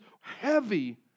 heavy